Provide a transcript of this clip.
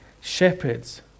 shepherds